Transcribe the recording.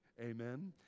Amen